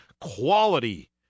Quality